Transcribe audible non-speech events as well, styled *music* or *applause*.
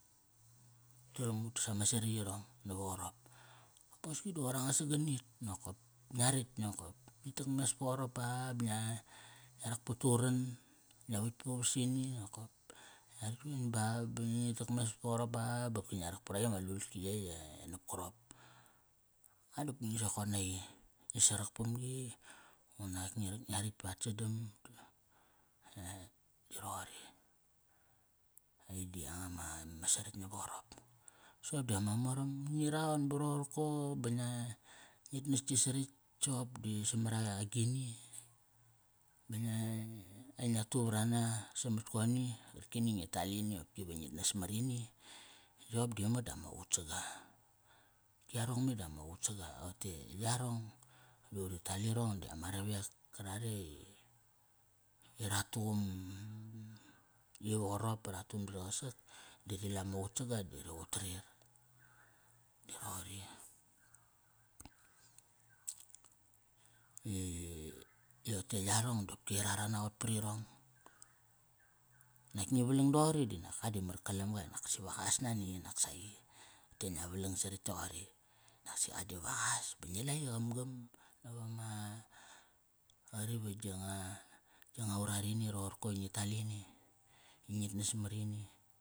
Ut taram utas ama sariyireng nava qarep. Osngai di qoir anga saganit nokop ngia ratk nokop. Ngi takmes pa qarop pa ba ngia, ngia rak pat uran ngia vatk puvasini nokop *unintelligible* Ba, ba ngi takmes pa qarop pa ba bopki ngia rak paraqi am. a lulki yey e napkarap. A dopki ngi sokot naqi. Ngi sarak pamgi unak ngi rak ngia ratk pa at sadam *unintelligible* di roqori. Ai di yanga ma, ma saratk nava qarop. Soqop di ama moram ngi raon ba roqorko ba ngia, ngit nas gi saritk soqop di samara, agini. Ba ngia ai ngia tu varana samat koni qarkini ngi tal ini qopki va ngit nas marini, soqop da imak dama qutsaga. Yarong me dama qutsaga yarong da uri tal irong dama ravek karare i, i ra tuqum, i va qarop ba ra tuqum dara qasak di ri la ma qutsaga da ri qutarir. Di roqori *noise* Ngi, *hesitation* rote yarong di qopki ra ra naqot parirong. Nak ngi valang doqori di nak qa di mar kalamge naksi va qas nani naksaqi. Te ngia valang saritk toqori. Nasi qa di va qas. Pa ngi la i gamgam, nava ma qari va gi nga gi nga urat ini roqorko i ngi tal ini, i ngit nas marini.